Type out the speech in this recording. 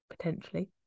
potentially